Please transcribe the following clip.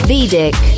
Vedic